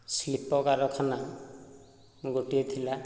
ଶିଳ୍ପ କାରଖାନା ଗୋଟିଏ ଥିଲା